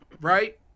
Right